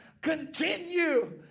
continue